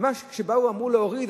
כשאמרו להוריד,